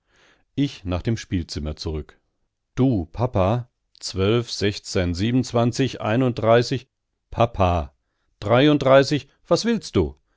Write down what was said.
ich nach dem spielzimmer zurück du papa zwölf sechzehn siebenundzwanzig einunddreißig papa dreiunddreißig was willst du